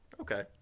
Okay